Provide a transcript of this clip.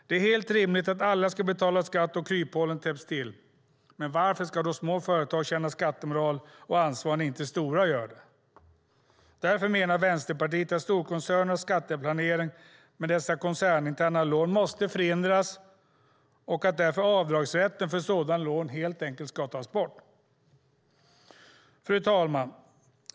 Det är helt rimligt att alla ska betala skatt och att kryphål täpps till men varför ska de små företagen känna skattemoral och ansvar när inte de stora gör det? Vänsterpartiet menar att storkoncernernas skatteplanering genom dessa koncerninterna lån måste förhindras och att avdragsrätten för sådana lån helt enkelt ska tas bort. Fru talman!